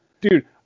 Dude